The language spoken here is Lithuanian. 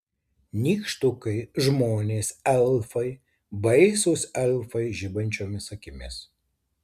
nykštukai žmonės elfai baisūs elfai žibančiomis akimis